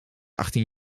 achttien